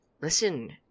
Listen